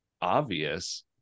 obvious